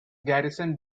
garrison